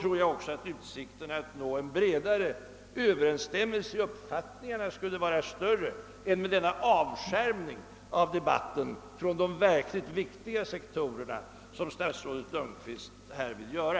I så fall tror jag att utsikterna att nå en bättre samstämmighet i uppfattningarna skulle bli större än vad som är möjligt med denna avskärmning från debatten av de verkligt viktiga sektorerna som statsrådet Lundkvist här vill göra.